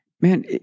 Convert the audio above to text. man